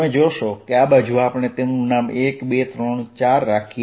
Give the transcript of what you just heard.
તમે જોશો કે આ બાજુ આપણે તેનું નામ 1 2 3 4 રાખીએ